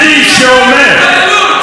מותר להילחם בהתבוללות.